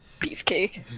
beefcake